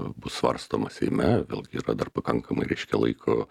bus svarstoma seime vėlgi yra dar pakankamai reiškia laiko